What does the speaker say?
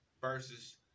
versus